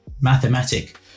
mathematic